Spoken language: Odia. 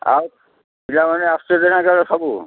ଆଉ ପିଲାମାନେ ଆସୁଛନ୍ତି ନା କ'ଣ ସବୁ